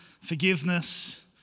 forgiveness